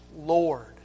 Lord